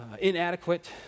inadequate